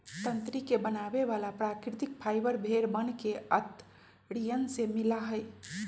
तंत्री के बनावे वाला प्राकृतिक फाइबर भेड़ वन के अंतड़ियन से मिला हई